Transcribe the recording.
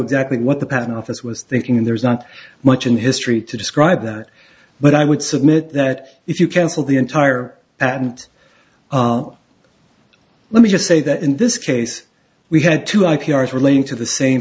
exactly what the patent office was thinking and there's not much in history to describe that but i would submit that if you cancel the entire at and let me just say that in this case we had two i p r relating to the same